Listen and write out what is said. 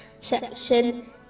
section